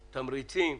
תמריצים,